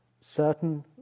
certain